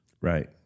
Right